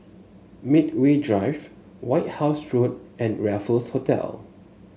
Medway Drive White House Road and Raffles Hotel